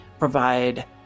Provide